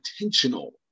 intentional